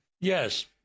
Yes